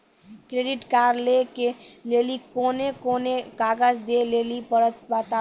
Credit card लै के लेली कोने कोने कागज दे लेली पड़त बताबू?